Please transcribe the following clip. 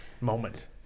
Moment